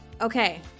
Okay